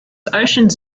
oceans